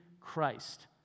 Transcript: Christ